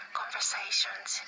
conversations